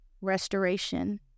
restoration